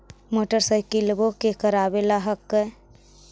मोटरसाइकिलवो के करावे ल हेकै?